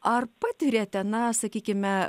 ar patiriate na sakykime